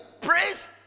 Praise